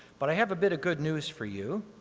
but i have a bit of good news for you,